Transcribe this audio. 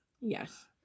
yes